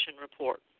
Report